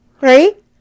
right